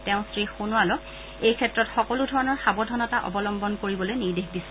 তেওঁ শ্ৰী সোণোৱালক এইক্ষেত্ৰত সকলোধৰণৰ সাৱধানতা অৱলম্বন কৰিবলৈ নিৰ্দেশ দিছে